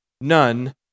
none